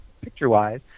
picture-wise